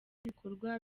ibikorwa